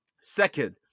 Second